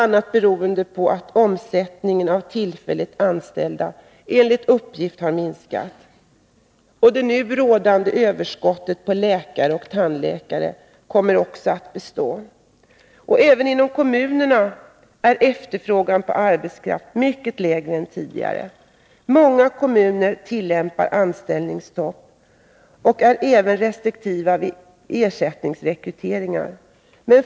Andelen som saknar utbildning har också minskat uppgift, har minskat. Det nu rådande överskottet på läkare och tandläkare kommer också att bestå. Även inom kommunerna är efterfrågan på arbetskraft mycket lägre än tidigare. Många kommuner tillämpar anställningsstopp och är även restriktiva vid ersättningsrekrytering.